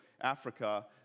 Africa